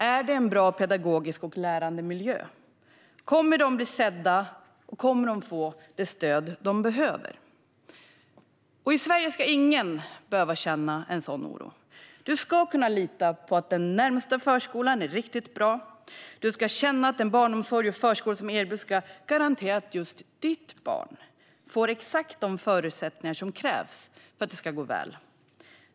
Är det en bra pedagogisk och lärande miljö? Kommer mina barn att bli sedda och få det stöd som de behöver? I Sverige ska ingen behöva känna en sådan oro. Du ska kunna lita på att den närmaste förskolan är riktigt bra. Du ska känna att den barnomsorg och förskola som erbjuds ska garantera just att ditt barn får exakt de förutsättningar som krävs för att det ska gå väl.